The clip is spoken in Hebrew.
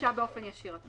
גישה באופן ישיר.